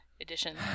edition